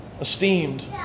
esteemed